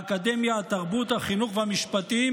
האקדמיה, התרבות, החינוך והמשפטים,